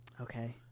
Okay